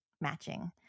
matching